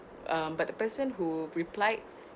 um but the person who replied